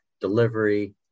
delivery